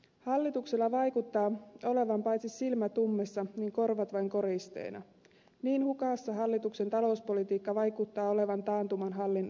hallituksella vaikuttaa olevan paitsi silmät ummessa myös korvat vain koristeena niin hukassa hallituksen talouspolitiikka vaikuttaa olevan taantuman hallinnassa